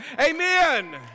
Amen